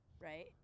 right